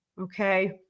Okay